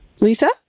Lisa